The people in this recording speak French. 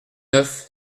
neuf